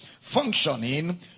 functioning